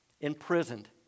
imprisoned